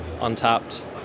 untapped